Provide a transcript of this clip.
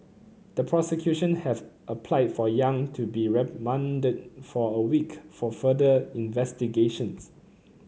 the prosecution have applied for Yang to be remanded for a week for further investigations